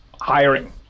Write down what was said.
hiring